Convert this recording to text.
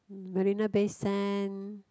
Marina Bay Sand